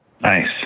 Nice